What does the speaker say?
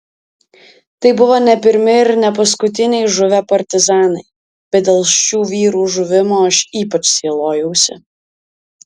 tai buvo ne pirmi ir ne paskutiniai žuvę partizanai bet dėl šių vyrų žuvimo aš ypač sielojausi